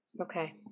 Okay